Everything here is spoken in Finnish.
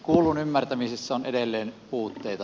kuullun ymmärtämisessä on edelleen puutteita